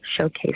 showcase